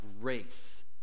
grace